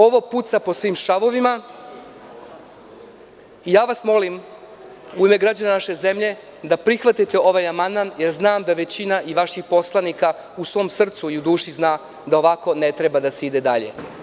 Ovo puca po svim šavovima i molim vas u ime građana naše zemlje da prihvatite ovaj amandman, jer znam da većina i vaših poslanika u svom srcu i u duši zna da ovako ne treba da se ide dalje.